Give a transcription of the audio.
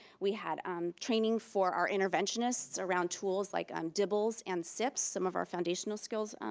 we had um training for our interventionists around tools like um dibbles and sips. some of our foundational skills.